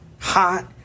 hot